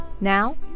Now